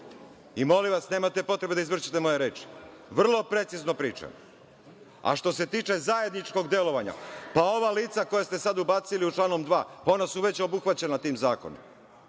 menja. Molim vas, nemate potrebe da izvrćete moje reči. Vrlo precizno pričam, a što se tiče zajedničkog delovanja, pa ova lica koja ste sada ubacili članom dva, ona su već obuhvaćena tim zakonom.